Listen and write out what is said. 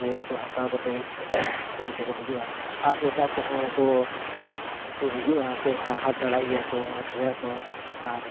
ᱤᱧ ᱜᱚ ᱛᱟᱠᱚ ᱦᱟᱛᱟᱣ ᱠᱟᱛᱮᱫ ᱩᱱᱠᱩ ᱠᱚ ᱦᱤᱡᱩᱜᱼᱟ ᱟᱨ ᱮᱴᱟᱜ ᱠᱚᱦᱚᱸ ᱠᱚ ᱦᱤᱡᱩᱜᱼᱟ ᱠᱚ ᱦᱟᱴ ᱫᱟᱲᱟᱭ ᱜᱮᱭᱟ ᱠᱚ ᱟᱹᱠᱷᱨᱤᱧ ᱜᱮᱭᱟ ᱠᱚ ᱟᱨ